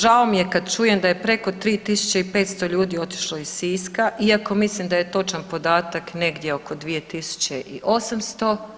Žao mi je kad čujem da je preko 3.500 ljudi otišlo iz Siska iako mislim da je točan podatak negdje oko 2.800.